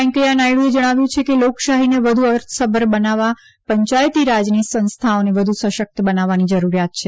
વેંકૈયા નાયડુએ જણાવ્યું છે કે લોકશાહીને વધુ અર્થસભર બનાવવા પંચાયતી રાજની સંસ્થાઓને વધુ સશક્ત બનાવવાની જરૂરિયાત છે